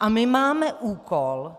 A my máme úkol